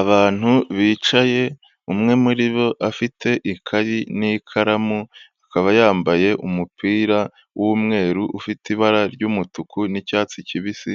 Abantu bicaye, umwe muri bo afite ikayi n'ikaramu, akaba yambaye umupira w'umweru ufite ibara ry'umutuku n'icyatsi kibisi,